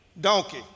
donkey